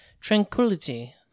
tranquility